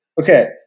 okay